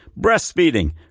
Breastfeeding